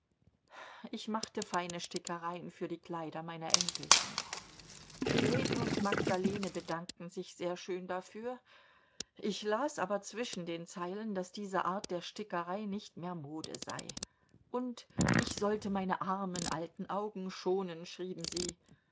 ich machte feine stickereien für die kleider meiner enkelchen grete und magdalene bedankten sich sehr schön dafür ich las aber zwischen den zeilen daß diese art der stickerei nicht mehr mode sei und ich sollte meine armen alten augen schonen schrieben sie